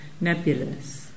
nebulous